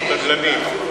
שתדלנים.